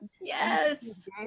Yes